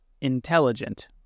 intelligent